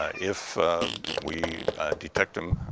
ah if we detect em